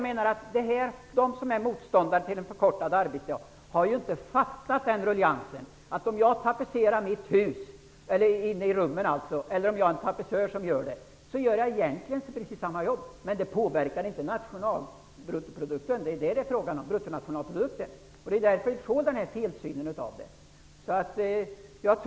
De som är motståndare till en förkortad arbetsdag har inte fattat att om jag tapetserar rummen i mitt hus eller om det är en tapetserare som gör det, är det precis samma jobb men påverkar inte bruttonationalprodukten på samma sätt. Därför får man felsyn.